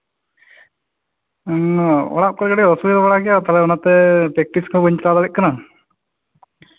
ᱚᱲᱟᱜ ᱠᱚᱨᱮᱜ ᱞᱮ ᱚᱥᱩᱵᱤᱫᱷᱟ ᱵᱟᱲᱟ ᱜᱮᱭᱟ ᱚᱱᱟ ᱛᱮᱜᱮ ᱛᱟᱦᱚᱞᱮ ᱯᱨᱮᱠᱴᱤᱥ ᱠᱚ ᱵᱟᱹᱧ ᱪᱟᱞᱟᱣ ᱫᱟᱲᱮᱭᱟᱜ ᱠᱟᱱᱟ